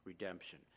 redemption